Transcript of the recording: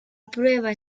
prueba